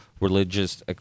religious